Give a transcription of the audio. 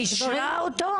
היא אישרה אותו?